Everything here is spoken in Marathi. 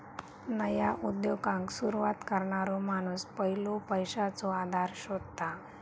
नया उद्योगाक सुरवात करणारो माणूस पयलो पैशाचो आधार शोधता